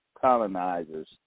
colonizers